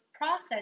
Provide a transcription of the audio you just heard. process